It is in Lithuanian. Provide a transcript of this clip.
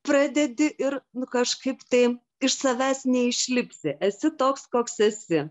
pradedi ir nu kažkaip tai iš savęs neišlipsi esi toks koks esi